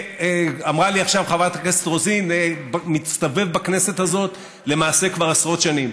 שאמרה לי עכשיו חברת הכנסת רוזין שמסתובב בכנסת הזאת כבר עשרות שנים.